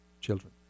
children